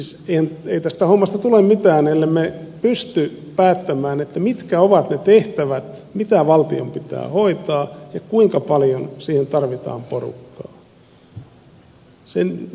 siis eihän tästä hommasta tule mitään ellemme pysty päättämään mitkä ovat ne tehtävät mitä valtion pitää hoitaa ja kuinka paljon siihen tarvitaan porukkaa